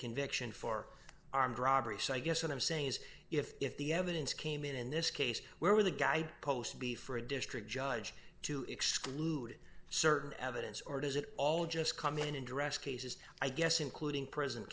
conviction for armed robbery so i guess what i'm saying is if if the evidence came in in this case where the guy post before a district judge to exclude certain evidence or does it all just come in and arrest cases i guess including prison